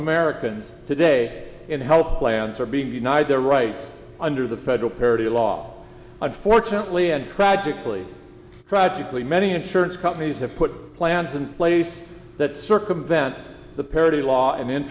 americans today in health plans are being denied their right under the federal parity law unfortunately and tragically tragically many insurance companies have put plans in place that circumvent the parity law and